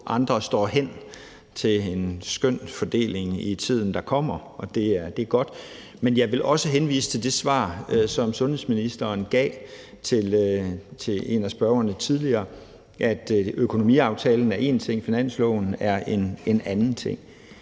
andre står hen til en skøn fordeling i tiden, der kommer, og det er godt. Men jeg vil også henvise til det svar, som sundhedsministeren gav til en af spørgerne tidligere, nemlig at økonomiaftalen er en ting, og at finansloven er en anden ting.